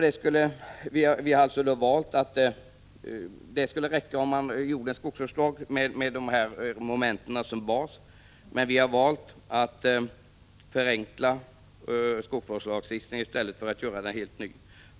Det skulle alltså räcka med att införa en skogsvårdslag med de nämnda momenten som bas, men vi har valt att förenkla skogsvårdslagstiftningen i stället för att införa en helt ny lag.